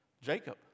Jacob